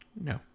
No